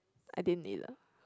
I didn't eat lah